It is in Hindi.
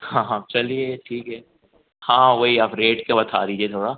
हाँ हाँ चलिए ठीक है हाँ वही आप रेट के बता दीजिए थोड़ा